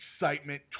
excitement